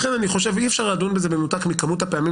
לכן אני חושב שאי אפשר לדון בזה במנותק מכמות הפעמים